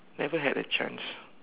never had a chance